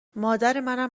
مادرمنم